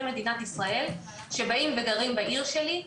מדינת ישראל שבאים וגרים בעיר שלי.